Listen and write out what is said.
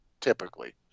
typically